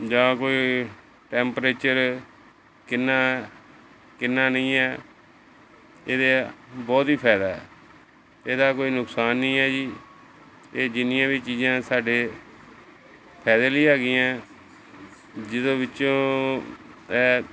ਜਾਂ ਕੋਈ ਟੈਂਪਰੇਚਰ ਕਿੰਨਾ ਕਿੰਨਾ ਨਹੀਂ ਹੈ ਇਹਦੇ ਬਹੁਤ ਹੀ ਫਾਇਦਾ ਇਹਦਾ ਕੋਈ ਨੁਕਸਾਨ ਨਹੀਂ ਹੈ ਜੀ ਇਹ ਜਿੰਨੀਆਂ ਵੀ ਚੀਜ਼ਾਂ ਸਾਡੇ ਫਾਇਦੇ ਲਈ ਹੈਗੀਆਂ ਜਿਹਦੇ ਵਿੱਚੋਂ ਇਹ